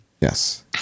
yes